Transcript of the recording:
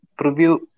preview